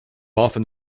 often